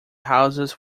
houses